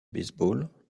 baseball